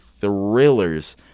thrillers